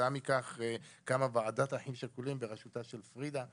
וכתוצאה מכך קמה ועדת אחים שכולים בראשותה של פרידה,